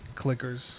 clickers